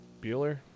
Bueller